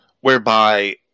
whereby